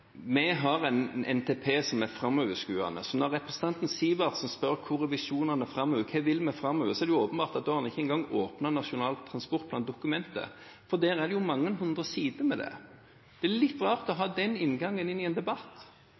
Vi har en NTP som er framoverskuende. Så når representanten Sivertsen spør om hva visjonene er, hva vi vil framover, er det åpenbart at han ikke engang har åpnet dokumentet Nasjonal transportplan, for der er det mange hundre sider om dette. Det er litt rart å ha den inngangen til en debatt.